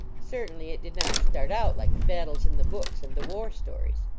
certainly it did not start out like the battles in the books and the war storie.